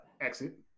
exit